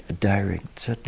direct